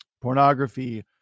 pornography